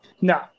No